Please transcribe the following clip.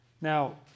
Now